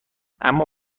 اما